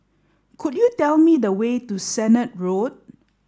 could you tell me the way to Sennett Road